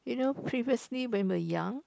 you know previously when we were young